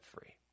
free